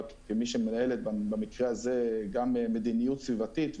כמי שמנהלת במקרה הזה גם מדיניות סביבתית,